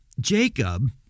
Jacob